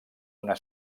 una